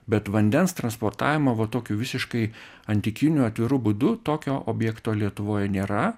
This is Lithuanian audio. bet vandens transportavimo va tokių visiškai antikiniu atviru būdu tokio objekto lietuvoje nėra